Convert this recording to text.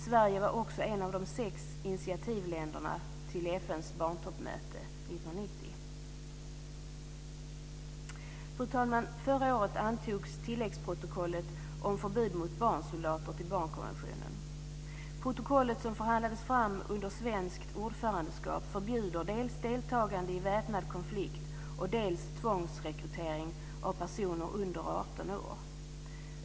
Sverige var också ett av de sex initiativtagarländerna till FN:s barntoppmöte 1990. Fru talman! Förra året antogs tilläggsprotokollet om förbud mot barnsoldater till barnkonventionen. Protokollet, som förhandlades fram under svenskt ordförandeskap, förbjuder dels deltagande i väpnad konflikt, dels tvångsrekrytering av personer under 18 år.